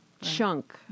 chunk